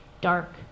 dark